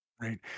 Right